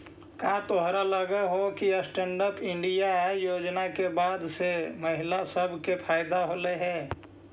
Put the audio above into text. का तोरा लग हो कि स्टैन्ड अप इंडिया योजना के बाद से महिला सब के फयदा होलई हे?